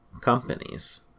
companies